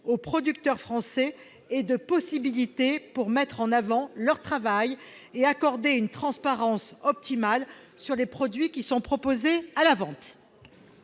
aux producteurs français et de possibilités pour mettre en avant leur travail et assurer une transparence optimale sur des produits proposés à la vente.